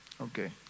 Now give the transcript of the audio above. Okay